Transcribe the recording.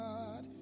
God